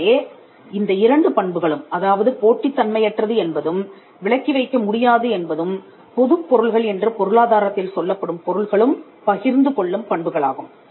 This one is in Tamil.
எனவே இந்த இரண்டு பண்புகளும் அதாவது போட்டித் தன்மையற்றது என்பதும் விலக்கி வைக்க முடியாது என்பதும் பொது பொருள்கள் என்று பொருளாதாரத்தில் சொல்லப்படும் பொருள்களும் பகிர்ந்து கொள்ளும் பண்புகளாகும்